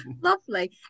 Lovely